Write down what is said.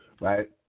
right